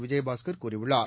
விஜயபாஸ்கர் கூறியுள்ளார்